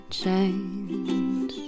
change